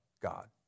God